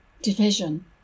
division